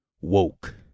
woke